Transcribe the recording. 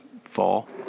fall